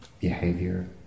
behavior